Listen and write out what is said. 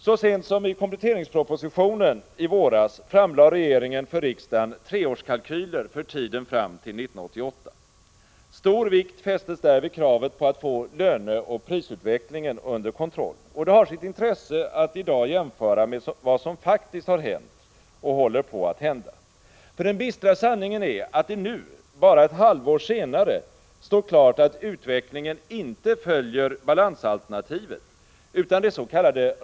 Så sent som i kompletteringspropositionen i våras framlade regeringen för riksdagen treårskalkyler för tiden fram till 1988. Stor vikt fästes där vid kravet på att få löneoch prisutvecklingen under kontroll. Det har sitt intresse att i dag jämföra med vad som faktiskt har hänt och håller på att hända. Den bistra sanningen är att det nu — bara ett halvår senare — står klart att utvecklingen inte följer balansalternativet utan dets.k.